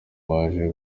baje